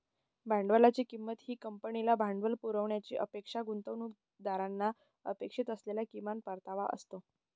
भांडवलाची किंमत ही कंपनीला भांडवल पुरवण्याची अपेक्षा गुंतवणूकदारांना अपेक्षित असलेला किमान परतावा असतो